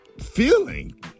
feeling